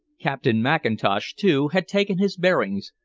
captain mackintosh, too, had taken his bearings,